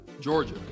Georgia